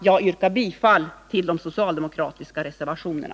Jag yrkar bifall till de socialdemokratiska reservationerna.